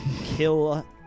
kill